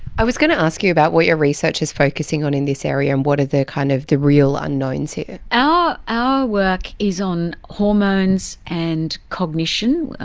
i was going to ask you about what your research is focusing on in this area and what are the kind of the real unknowns here. our our work is on hormones and cognition,